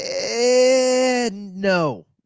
No